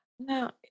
Now